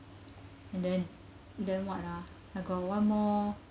and then then what ah I got one more